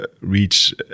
reach